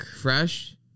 fresh